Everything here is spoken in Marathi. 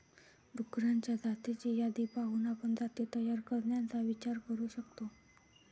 डुक्करांच्या जातींची यादी पाहून आपण जाती तयार करण्याचा विचार करू शकतो